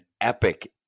epic